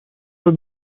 صبح